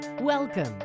Welcome